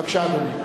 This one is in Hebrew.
בבקשה, אדוני.